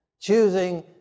choosing